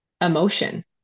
emotion